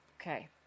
Okay